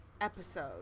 Episode